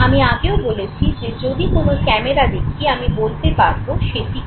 আমি আগে বলেছি যে যদি কোন ক্যামেরা দেখি আমি বলতে পারবো সেটি কী